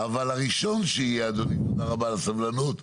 אבל הראשון שיהיה אדוני, תודה רבה על הסבלנות,